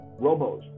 robos